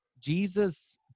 jesus